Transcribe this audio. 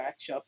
matchup